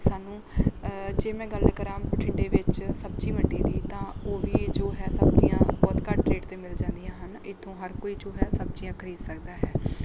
ਸਾਨੂੰ ਜੇ ਮੈਂ ਗੱਲ ਕਰਾਂ ਬਠਿੰਡੇ ਵਿੱਚ ਸਬਜ਼ੀ ਮੰਡੀ ਦੀ ਤਾਂ ਉਹ ਵੀ ਜੋ ਹੈ ਸਬਜ਼ੀਆਂ ਬਹੁਤ ਘੱਟ ਰੇਟ 'ਤੇ ਮਿਲ ਜਾਂਦੀਆਂ ਹਨ ਇੱਥੋਂ ਹਰ ਕੋਈ ਜੋ ਹੈ ਸਬਜ਼ੀਆਂ ਖਰੀਦ ਸਕਦਾ ਹੈ